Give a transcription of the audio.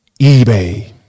eBay